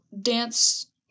dance